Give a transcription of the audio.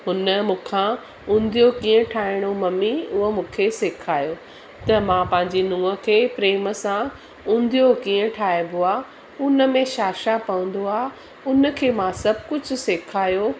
हुन मूंखां उंदियूं कीअं ठाहिणो ममी उहा मूंखे सेखारियो त मां पंहिंजी नुंहुं खे प्रेम सां उंदियू कीअं ठाइबो आहे उनमें छा छा पवंदो आहे उनखे मां सभु कुझु सेखारियो